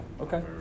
Okay